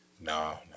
No